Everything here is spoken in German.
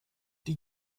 die